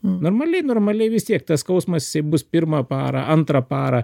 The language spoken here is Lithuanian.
normaliai normaliai vis tiek tas skausmas jisai bus pirmą parą antrą parą